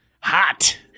hot